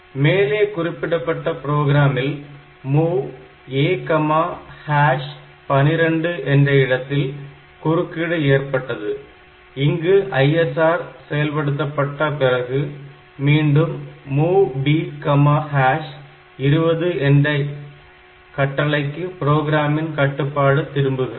மேலே குறிப்பிடப்பட்ட புரோகிராமில் mov a 12 என்ற இடத்தில் குறுக்கீடு ஏற்பட்டது இங்கு ISR செயல்படுத்தப்பட்ட பிறகு மீண்டும் mov b 20 எந்த என்ற கட்டளைக்கு ப்ரோக்ராமின் கட்டுப்பாடு திரும்புகிறது